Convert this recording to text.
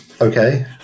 Okay